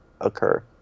occur